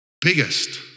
biggest